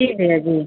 जी भैया जी